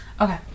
Okay